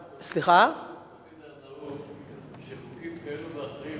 תמיד היה נהוג שחוקים כאלה ואחרים